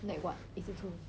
nag what 一直出门